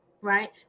right